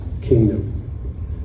kingdom